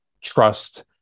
trust